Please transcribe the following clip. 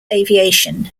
aviation